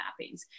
mappings